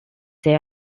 they